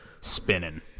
spinning